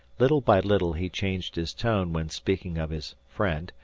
little by little he changed his tone when speaking of his friend,